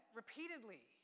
repeatedly